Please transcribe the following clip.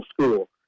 School